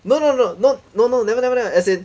no no no no no no never never never as in